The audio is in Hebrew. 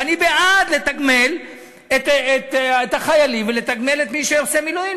אני בעד לתגמל את החיילים ולתגמל את מי שעושה מילואים.